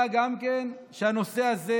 גם אין ציפייה שהנושא הזה,